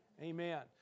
amen